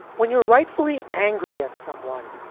when you're rightfully angry at someone,